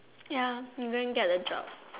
ya you won't get the job